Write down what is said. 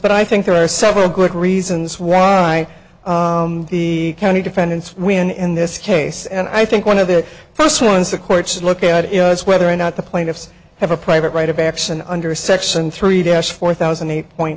but i think there are several good reasons why the county defendants win in this case and i think one of the first ones the court should look at you know is whether or not the plaintiffs have a private right of action under section three dash four thousand eight point